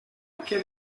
que